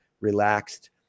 relaxed